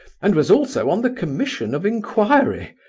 and was also on the commission of inquiry.